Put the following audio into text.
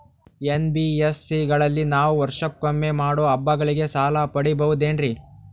NBSC ಗಳಲ್ಲಿ ನಾವು ವರ್ಷಕೊಮ್ಮೆ ಮಾಡೋ ಹಬ್ಬಗಳಿಗೆ ಸಾಲ ಪಡೆಯಬಹುದೇನ್ರಿ?